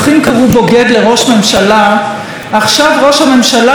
עכשיו ראש הממשלה קורא "בוגדים" לאזרחי המדינה שלו.